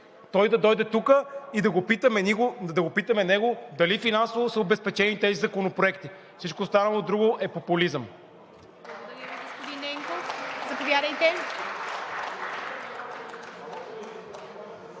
той да дойде тук да го питаме него дали финансово са обезпечени тези законопроекти. Всичко останало е популизъм.